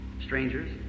strangers